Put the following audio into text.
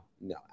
no